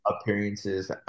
appearances